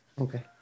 Okay